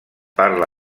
parla